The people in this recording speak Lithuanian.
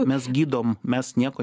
mes gydom mes nieko